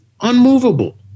unmovable